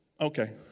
okay